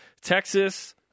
Texas